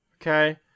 Okay